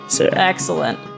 Excellent